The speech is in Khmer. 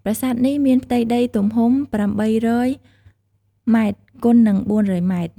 ប្រាសាទនេះមានផ្ទៃដីទំហំ ៨០០ ម៉ែត្រគុណនឹង ៤០០ ម៉ែត្រ។